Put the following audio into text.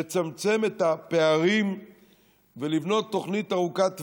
לצמצם אתה הפערים ולבנות תוכנית ארוכת טווח.